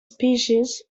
species